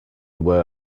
were